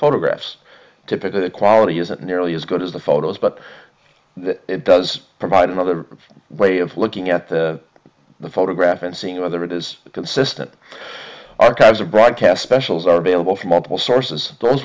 photographs typically the quality isn't nearly as good as the photos but it does provide another way of looking at the the photograph and seeing whether it is consistent archives or broadcast specials are available from multiple sources th